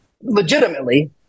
legitimately